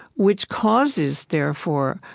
which causes, therefore,